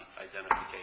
identification